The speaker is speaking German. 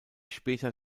später